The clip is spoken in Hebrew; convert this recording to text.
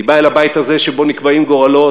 אני בא אל הבית הזה, שבו נקבעים גורלות,